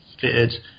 fitted